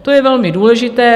To je velmi důležité.